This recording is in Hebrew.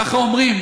ככה אומרים,